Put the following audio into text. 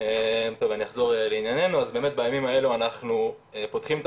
אז באמת בימים האלה אנחנו פותחים את